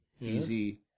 Easy